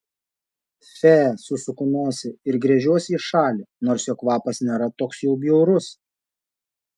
fe susuku nosį ir gręžiuosi į šalį nors jo kvapas nėra toks jau bjaurus